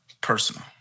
personal